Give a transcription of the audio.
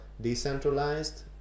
decentralized